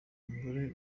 umugore